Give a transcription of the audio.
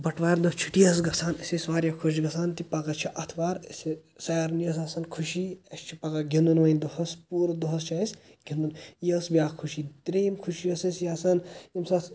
بَٹوارِ دۄہ چھُٹی ٲس گَژھان أسۍ ٲسۍ واریاہ خۄش گَژھان تہِ پَگاہ چھِ آتھوار اسہِ سارنےٕ ٲس آسان خوشی اسۍ چھُ پَگاہ گِنٛدُن وۄنۍ دوٚہَس پوٗرٕ دوٚہَس چھُ اسۍ گِنٛدُن یہِ ٲس بیاکھ خوشی ترٛیٚیِم خوشی ٲس اَسۍ یہِ آسان ییٚمہِ ساتہٕ